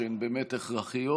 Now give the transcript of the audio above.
שהן באמת הכרחיות,